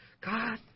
God